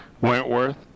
Wentworth